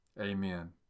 Amen